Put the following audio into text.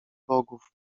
bogów